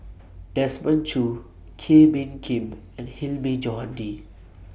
Desmond Choo Kee Bee Khim and Hilmi Johandi